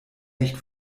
nicht